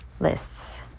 Lists